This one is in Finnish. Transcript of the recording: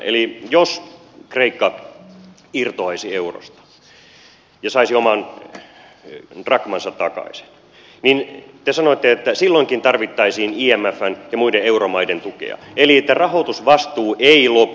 eli jos kreikka irtoaisi eurosta ja saisi oman drakmansa takaisin niin te sanoitte että silloinkin tarvittaisiin imfn ja muiden euromaiden tukea eli että rahoitusvastuu ei lopu